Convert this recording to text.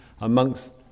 amongst